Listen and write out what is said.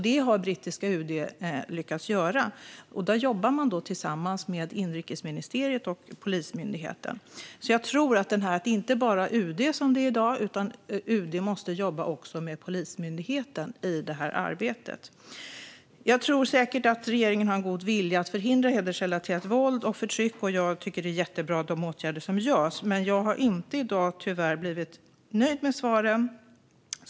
Det har brittiska UD lyckats med. Man jobbar tillsammans med inrikesministeriet och polismyndigheten. Jag tror att det inte bara ska vara UD som jobbar med det här som i dag utan att UD också måste jobba med Polismyndigheten i det här arbetet. Jag tror säkert att regeringen har en god vilja när det gäller att förhindra hedersrelaterat våld och förtryck, och jag tycker att de åtgärder som vidtas är jättebra. Men jag har tyvärr inte blivit nöjd med svaren i dag.